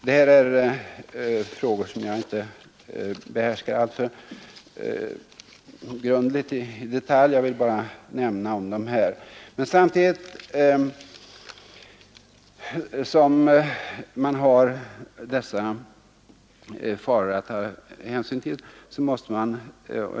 Detta är frågor som jag inte behärskar i detalj och som jag inte alls är sakkunnig på; jag har bara velat nämna om dem här.